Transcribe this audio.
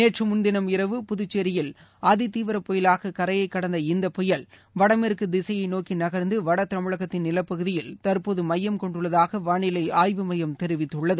நேற்றுமுன்தினம் இரவு புதுச்சேரியில் அதிதீவிரப் புயலாக கரையைக் கடந்த இந்தப்பயல் வடமேற்கு திசையை நோக்கி நகர்ந்து வட தமிழகத்தின் நிலப்பகுதியில் தற்போது மையம் கொண்டுள்ளதாக வானிலை ஆய்வு மையம் தெரிவித்துள்ளது